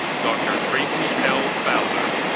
dr. tracy elle fowler